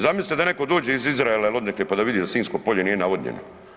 Zamislite da netko dođe iz Izraela ili odnekle pa da vidi da Sinjsko polje nije navodnjeno.